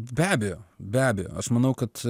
be abejo be abejo aš manau kad